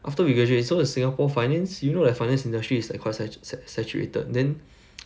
after we graduate so in singapore finance you know the finance industry is like quite satu~ sat~ saturated then